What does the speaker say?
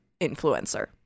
influencer